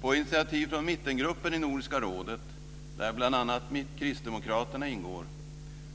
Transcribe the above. På initiativ från mittengruppen i Nordiska rådet, där bl.a. kristdemokraterna ingår,